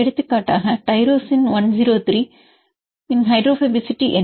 எடுத்துக்காட்டாக டைரோசின் 103 இன் ஹைட்ரோபோபசிட்டி என்ன